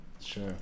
Sure